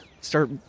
start